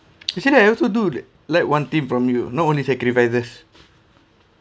you say that I also do like one thing from you not only sacrifices